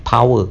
power